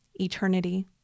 eternity